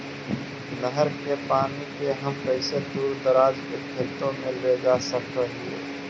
नहर के पानी के हम कैसे दुर दराज के खेतों में ले जा सक हिय?